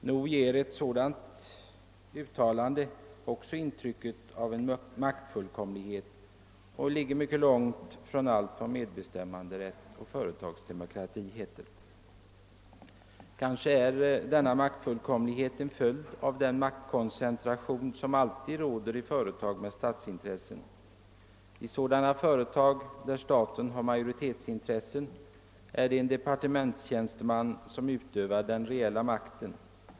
Nog ger ett sådant uttalande också intrycket av en maktfullkomlighet, som ligger mycket långt från allt vad medbestämmanderätt och företagsdemokrati heter. Kanske är denna maktfullkomlighet en följd av den maktkoncentration, som alltid råder i företag med statsintressen. I sådana företag där staten har majoritetsintressen är det en departementstjänsteman som utövar den reella makten.